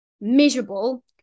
miserable